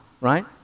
right